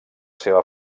seva